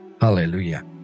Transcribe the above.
Hallelujah